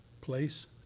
place